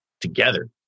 together